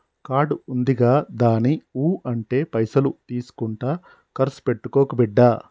card ఉందిగదాని ఊ అంటే పైసలు తీసుకుంట కర్సు పెట్టుకోకు బిడ్డా